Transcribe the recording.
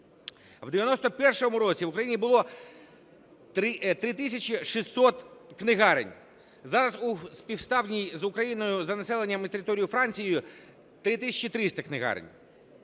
В 91-му році в Україні було 3 тисячі 600 книгарень. Зараз у співставній з Україною за населенням і територією Франції 3 тисячі 300 книгарень.